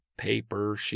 Paper